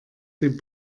dem